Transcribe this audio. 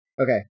Okay